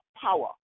power